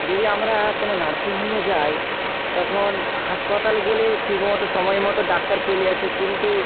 যদি আমরা কোনও নার্সিংহোমে যাই তখন হাসপাতাল গেলে ঠিকমতো সময়মতো ডাক্তার চলে আসে কিন্তু